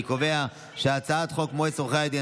אני קובע שהצעת חוק מועצת עורכי הדין,